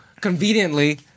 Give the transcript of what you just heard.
conveniently